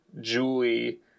Julie